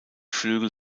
flügel